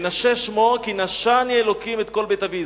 מנשה שמו, כי נשני אלוקים את כל בית אבי.